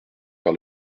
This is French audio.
par